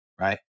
Right